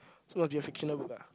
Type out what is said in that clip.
so must be a fictional book ah